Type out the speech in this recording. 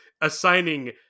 assigning